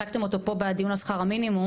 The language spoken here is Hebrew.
הצגתם אותו פה בדיון על שכר המינימום,